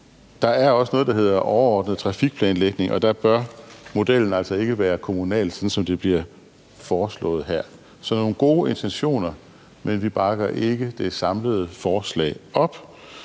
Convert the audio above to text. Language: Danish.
der er også noget, der hedder overordnet trafikplanlægning, og der bør modellen altså ikke være kommunal, sådan som det bliver foreslået her. Så der er nogle gode intentioner, men vi bakker ikke det samlede forslag op.